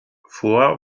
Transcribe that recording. vor